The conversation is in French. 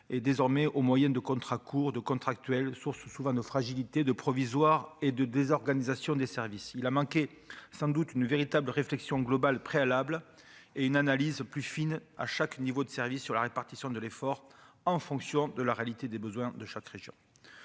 et, désormais, au moyen de contrats courts de contractuels source souvent nos fragilités de provisoire et de désorganisation des services, il a manqué sans doute une véritable réflexion globale préalables et une analyse plus fine à chaque niveau de service sur la répartition de l'effort en fonction de la réalité des besoins de chaque région,